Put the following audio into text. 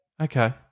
Okay